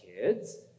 kids